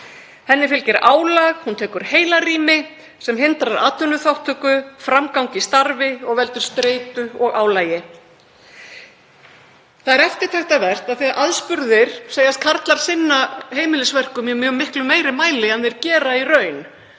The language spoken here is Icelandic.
Henni fylgir álag, hún tekur heilarými, sem hindrar atvinnuþátttöku, framgang í starfi og veldur streitu og álagi. Það er eftirtektarvert að aðspurðir segjast karlar sinna heimilisverkum í miklu meiri mæli en þeir gera í raun